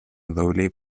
doble